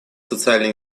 социальной